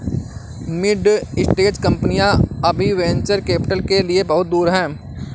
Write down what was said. mid stage कंपनियां अभी venture capital के लिए बहुत दूर हैं